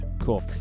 cool